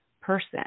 person